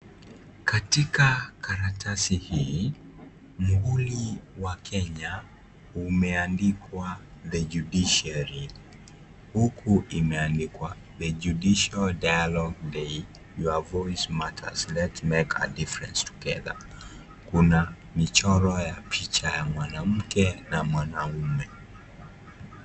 Katika karatasi hii, muhuri wa Kenya umeandikwa The Judiciary huku imeandikwa the judicial dialogue day. Your voice matters. Let's make a difference together . Kuna michoro ya picha ya mwanamke na mwanaume.